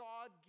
God